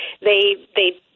they—they